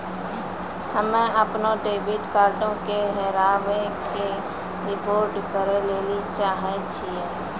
हम्मे अपनो डेबिट कार्डो के हेराबै के रिपोर्ट करै लेली चाहै छियै